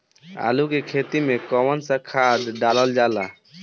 आलू के खेती में कवन सा खाद डालल जाला?